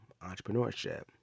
entrepreneurship